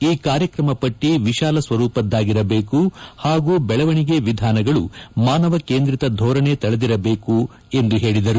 ಈ ಕಾರ್ಯಕ್ರಮ ಪಟ್ಟಿ ವಿಶಾಲ ಸ್ಲರೂಪದ್ಗಾಗಿರಬೇಕು ಹಾಗೂ ಬೆಳವಣಿಗೆ ವಿಧಾನಗಳು ಮಾನವ ಕೇಂದ್ರಿತ ಧೋರಣೆ ತಳೆದಿರಬೇಕು ಎಂದು ಹೇಳಿದರು